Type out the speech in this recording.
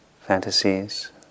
fantasies